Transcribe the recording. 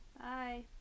Bye